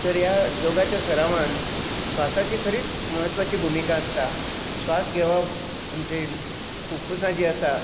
तर ह्या योगाच्या सरावान स्वासाची खरीच म्हत्वाची भुमिका आसता स्वास घेवप आमची फुफुसां जी आसता